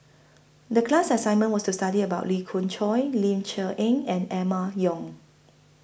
The class assignment was to study about Lee Khoon Choy Ling Cher Eng and Emma Yong